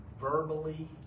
verbally